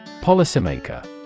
Policymaker